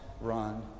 run